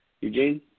Eugene